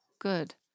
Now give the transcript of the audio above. Good